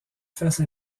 face